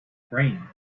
brain